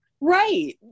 Right